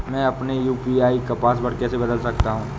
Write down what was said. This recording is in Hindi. मैं अपने यू.पी.आई का पासवर्ड कैसे बदल सकता हूँ?